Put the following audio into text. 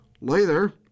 later